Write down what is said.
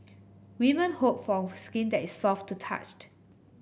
women hope for skin that is soft to touched